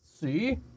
see